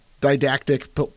didactic